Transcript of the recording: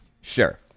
Sure